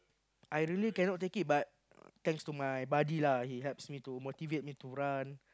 I really cannot take it but thanks to my buddy lah he helps me to motivate me to run